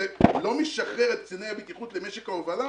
זה לא משחרר את קציני הבטיחות למשק ההובלה,